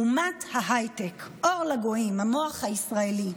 אומת ההייטק, אור לגויים, המוח הישראלי.